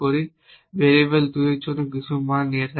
এবং 2 ভেরিয়েবলের জন্য কিছু মান নিয়ে থাকি